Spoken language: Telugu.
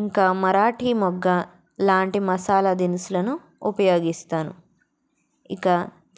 ఇంకా మరాఠీ మొగ్గ లాంటి మసాలా దినుసులను ఉపయోగిస్తాను ఇక